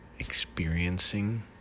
Experiencing